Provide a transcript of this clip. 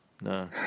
No